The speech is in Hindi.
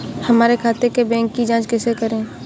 हमारे खाते के बैंक की जाँच कैसे करें?